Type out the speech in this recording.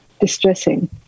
distressing